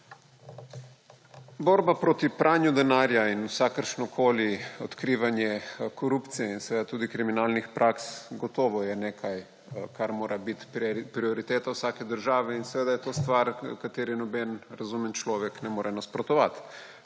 Borba proti pranju denarja in vsakršnokoli odkrivanje korupcije in seveda tudi kriminalnih praks je gotovo nekaj, kar mora biti prioriteta vsake države; in seveda je to stvar, kateri noben razumen človek ne more nasprotovati.